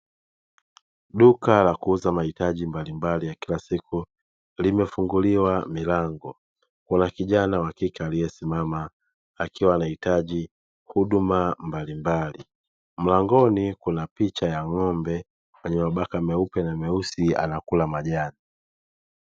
Duka la kuuza mahitaji mbalimbali ya kila siku, limefunguliwa milango. Kuna kijana wa kike, aliye simama akiwa anahitaji huduma mbalimbali. Mlangoni kuna picha ya ng'ombe mwenye mabaka meupe na meusi, akiwa anakula majani.